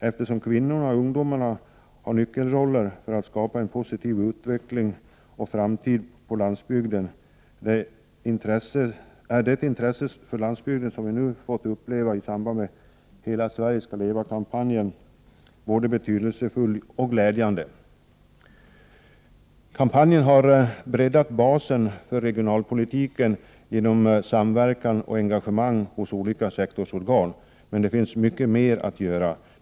Eftersom kvinnorna och ungdomarna har nyckelroller för att skapa en positiv utveckling och framtid på landsbygden är det intresse för landsbygden som vi fått uppleva i samband med ”Hela Sverige ska leva”-kampanjen både betydelsefullt och glädjande. Kampanjen har breddat basen för regionalpolitiken genom samverkan och engagemang hos olika sektorsorgan, men här finns mycket mer att göra.